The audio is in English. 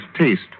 taste